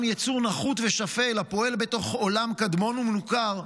יצור נחות ושפל הפועל בתוך עולם קדמון ומנוכר,